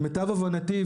למיטב הבנתי,